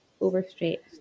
overstretched